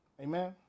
amen